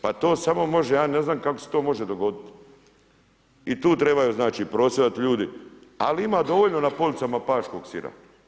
Pa to samo može, ja ne znam kako se to može dogodit i tu trebaju znači prosvjedovat ljudi, ali ima dovoljno na policama paškog sira.